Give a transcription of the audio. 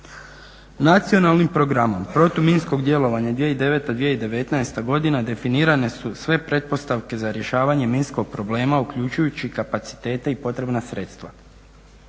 Nacionalnim programom protuminskog djelovanja 2009.-2019.godina definirane su sve pretpostavke za rješavanje minskog problema uključujući kapacitete i potrebna sredstva.